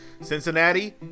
Cincinnati